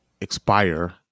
expire